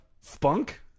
Spunk